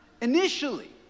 initially